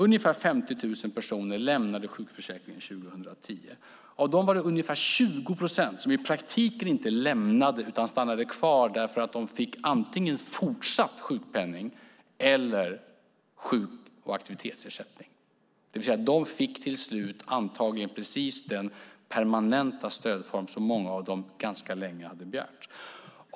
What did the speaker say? Ungefär 50 000 personer lämnade sjukförsäkringen 2010. Av dem var det ungefär 20 procent som i praktiken inte lämnade sjukförsäkringen utan stannade kvar därför att de fick antingen fortsatt sjukpenning eller sjuk och aktivitetsersättning. De fick till slut antagligen precis den permanenta stödform som många av dem ganska länge hade begärt.